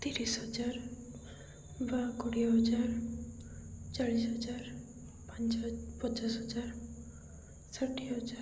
ତିରିଶି ହଜାର ବା କୋଡ଼ିଏ ହଜାର ଚାଳିଶି ହଜାର ପାଞ୍ଚ ହ ପଚାଶ ହଜାର ଷାଠିଏ ହଜାର